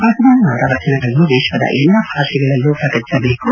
ಬಸವಣ್ಣನವರ ವಚನಗಳನ್ನು ವಿಶ್ವದ ಎಲ್ಲಾ ಭಾಷೆಗಳಲ್ಲೂ ಪ್ರಕಟಿಸಬೇಕು